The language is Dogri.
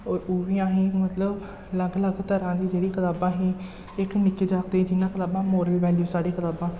ओह् बी असें गी मतलब अलग अलग त'रा दी जेह्ड़ी कताबां हीं इक निक्के जागतै गी जि'यां कताबां मोरल बेल्यूस आह्ली कताबां